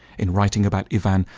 in writing about ivan,